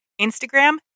Instagram